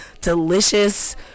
delicious